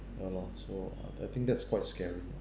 ya loh so I I think that's quite scary ah